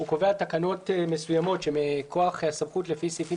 הוא קובע תקנות מסוימות שמכוח הסמכות לפי סעיפים